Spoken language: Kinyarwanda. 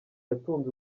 yatunze